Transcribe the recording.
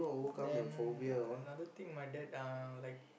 then uh another thing my dad uh like